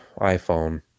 iphone